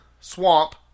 Swamp